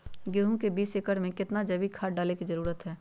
गेंहू में बीस एकर में कितना जैविक खाद डाले के जरूरत है?